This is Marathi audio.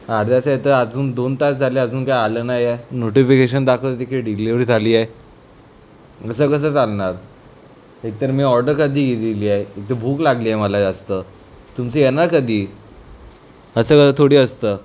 अर्ध्या तासात येतं अजून दोन तास झाले अजून काही आलं नाही आहे नोटिफिकेशन दाखवतं की डिलिवरी झाली आहे असं कसं चालणार एकतर मी ऑर्डर कधी दिलेली आहे इथं भूक लागली आहे मला जास्त तुमची येणार कधी असं क थोडी असतं